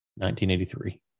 1983